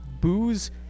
booze